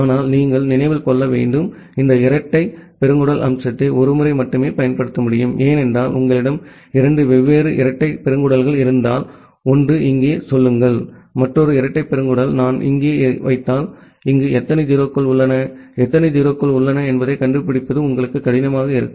ஆனால் நீங்கள் நினைவில் கொள்ள வேண்டும் இந்த இரட்டை பெருங்குடல் அம்சத்தை ஒரு முறை மட்டுமே பயன்படுத்த முடியும் ஏனென்றால் உங்களிடம் இரண்டு வெவ்வேறு இரட்டை பெருங்குடல்கள் இருந்தால் ஒன்று இங்கே சொல்லுங்கள் மற்றொரு இரட்டை பெருங்குடல் நான் இங்கு வைத்தால் இங்கு எத்தனை 0 கள் உள்ளன எத்தனை 0 கள் உள்ளன என்பதைக் கண்டுபிடிப்பது உங்களுக்கு கடினமாக இருக்கும்